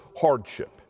hardship